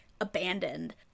abandoned